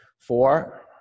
Four